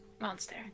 Monster